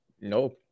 Nope